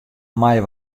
meie